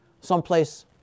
someplace